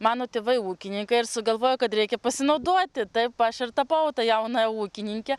mano tėvai ūkininkai ir sugalvojo kad reikia pasinaudoti taip aš ir tapau tą jaunąja ūkininke